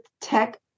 tech